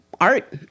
Art